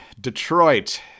Detroit